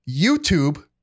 youtube